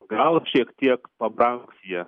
gal šiek tiek pabrangs jie